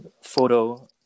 photo